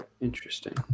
Interesting